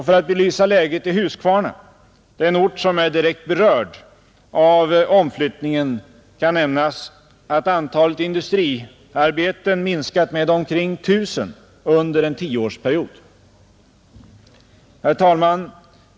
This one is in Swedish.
För att belysa läget i Huskvarna — den ort som är direkt berörd av omflyttningen — kan nämnas att antalet industriarbeten minskat med omkring 1 000 under en tioårsperiod. Herr talman!